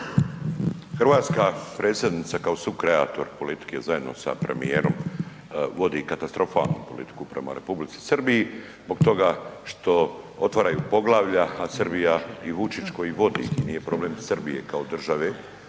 Hrvatska predsjednica kao sukreator politike zajedno sa premijerom vodi katastrofalnu politiku prema Republici Srbiji zbog toga što otvaraju poglavlja a Srbija i Vučić koji vodi i nije problem Srbije kao države,